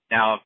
Now